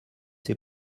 ses